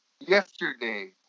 yesterday